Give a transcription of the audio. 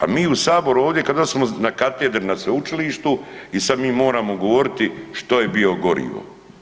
A mi u Saboru ovdje kao da smo na katedri na sveučilištu i sad mi moramo govoriti što je biogorivo.